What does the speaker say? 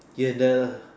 here and there lah